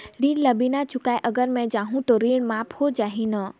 ऋण ला बिना चुकाय अगर मै जाहूं तो ऋण माफ हो जाही न?